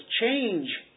change